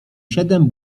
siedem